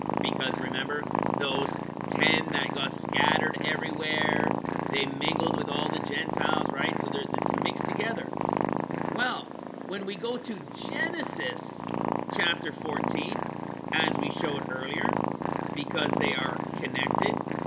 because remember those ten that got scattered everywhere they mingled with all the gentiles right? so that's mixed together well when we go to genesis chapter fourteen as we showed earlier because they are connected